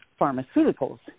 pharmaceuticals